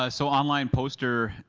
ah so online poster